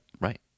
Right